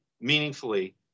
meaningfully